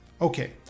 okay